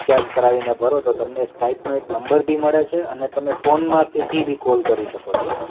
recharge કરાવીને ભરો તો તમને સ્કાઈપનો એક નંબર બી મળે છે અને તમે ફોનમાં થી બી કોલ કરી શકો છો